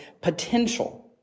potential